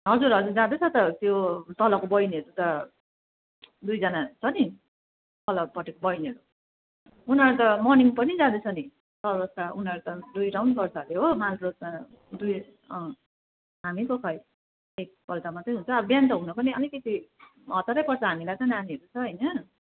हजुर हजुर जाँदैछ त त्यो तलको बहिनीहरू त दुईजना छ नि तलपट्टिको बहिनीहरू उनीहरू त मर्निङ पनि जाँदैछ नि चौरस्ता उनीहरू त दुई राउन्ड गर्छ अरे माल रोडमा दुई अँ हामी त खै एकपल्ट मात्रै हुन्छ अब बिहान त हुनु पनि अलिकति हतारै पर्छ हामीलाई त नानीहरू छ होइन